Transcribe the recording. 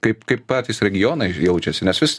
kaip kaip patys regionai jaučiasi nes vis